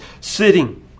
sitting